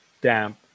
damp